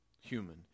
human